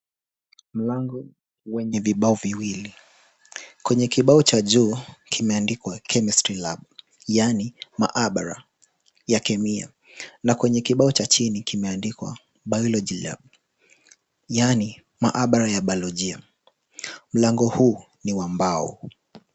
Mlango wenye vibao viwili. Kwenye kibao cha juu kimeandikwa (cs) Chemistry lab(cs) yani mahabara ya kemia na kwenye kibao cha chini kimeandikwa (cs) Biology lab (cs) yani mahabara ya biolojia. Mlango huo ni wa mbao.